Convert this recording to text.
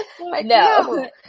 No